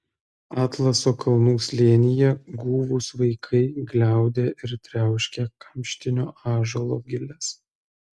atlaso kalnų slėnyje guvūs vaikai gliaudė ir triauškė kamštinio ąžuolo giles